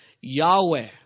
Yahweh